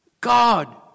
God